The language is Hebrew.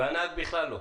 והנהג, בכלל לא.